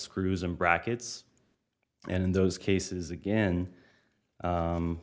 screws and brackets and in those cases again